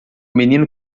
menino